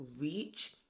reach